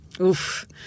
Oof